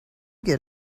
get